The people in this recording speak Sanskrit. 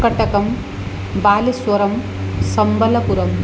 कटकं बालेश्वरं सम्बलपुरम्